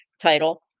Title